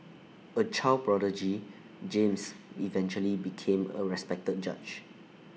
A child prodigy James eventually became A respected judge